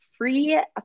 free